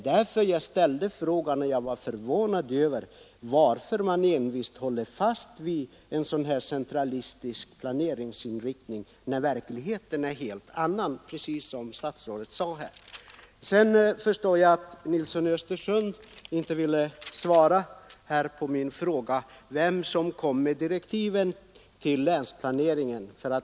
Därför frågade jag varför man så envist håller fast vid en centralistisk planeringsinriktning, när verkligheten är helt annorlunda, precis som statsrådet sade. Jag förstår att herr Nilsson i Östersund inte ville svara på min fråga om vem som gav direktiven till länsplaneringen.